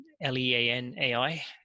L-E-A-N-A-I